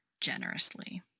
generously